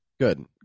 good